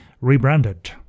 rebranded